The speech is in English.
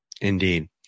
Indeed